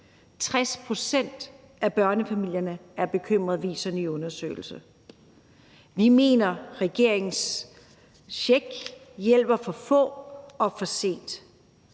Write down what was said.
60 pct. af børnefamilierne er bekymrede, viser en ny undersøgelse. Vi mener, at regeringens check hjælper for få og for sent.